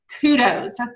Kudos